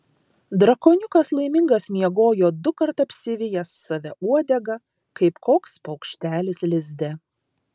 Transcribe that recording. drakoniukas laimingas miegojo dukart apsivijęs save uodega kaip koks paukštelis lizde